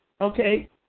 okay